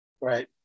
Right